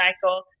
cycle